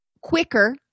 quicker